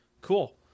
Cool